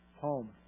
home